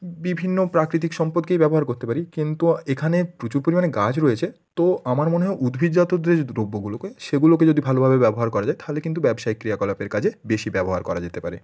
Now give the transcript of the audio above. বিভিন্ন প্রাকৃতিক সম্পদকেই ব্যবহার করতে পারি কিন্তু এখানে প্রচুর পরিমাণে গাছ রয়েছে তো আমার মনে হয় উদ্ভিদজাত যে দ্রব্যগুলোকে সেগুলোকে যদি ভালোভাবে ব্যবহার করা যায় থাহলে কিন্তু ব্যবসায়িক ক্রিয়াকলাপের কাজে বেশি ব্যবহার করা যেতে পারে